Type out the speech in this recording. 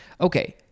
Okay